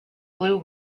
blue